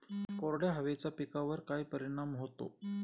कोरड्या हवेचा पिकावर काय परिणाम होतो?